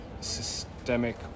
systemic